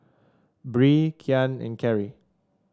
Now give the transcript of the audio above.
Bree Kian and Kerry